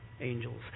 angels